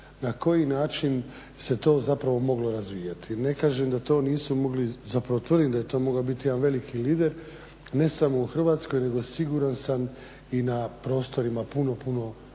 na koji način se to zapravo moglo razvijati. Ne kažem da to nisu mogli, zapravo tvrdim da je to mogao biti jedan veliki lider ne samo u Hrvatskoj nego siguran sam i na prostorima puno, puno